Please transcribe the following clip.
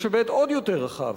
יש היבט עוד יותר רחב.